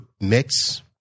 mix